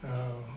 um